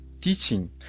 teaching